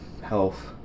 health